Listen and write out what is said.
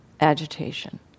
agitation